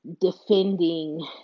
defending